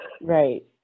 Right